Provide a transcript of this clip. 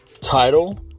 title